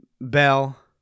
bell